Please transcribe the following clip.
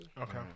Okay